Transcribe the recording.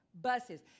buses